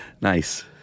Nice